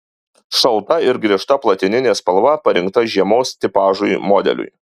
šalta ir griežta platininė spalva parinkta žiemos tipažui modeliui